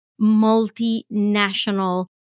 multinational